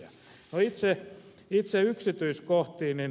no itse yksityiskohtiin